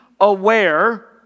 aware